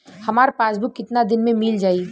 हमार पासबुक कितना दिन में मील जाई?